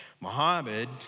Muhammad